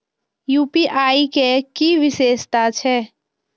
UPI के कि विषेशता छै?